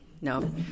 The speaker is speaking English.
no